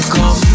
Come